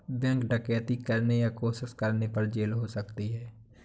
bank डकैती करने या कोशिश करने पर जेल हो सकती है